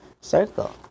circle